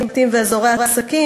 בתים ואזורי עסקים